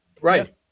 right